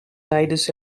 tijdens